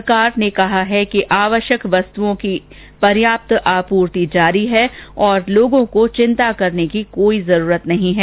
सरकार ने कहा है कि आवश्यक वस्तुओं की पर्याप्त आपूर्ति जारी है और लोगो को चिंता करने की कोई जरूरत नही है